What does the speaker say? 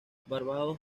bordados